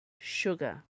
sugar